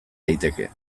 daiteke